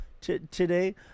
today